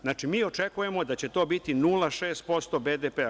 Znači, mi očekujemo da će to biti 0,6% BDP-a.